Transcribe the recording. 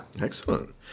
Excellent